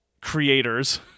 creators